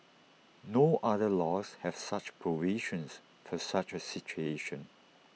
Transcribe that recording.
no other laws have such provisions for such A situation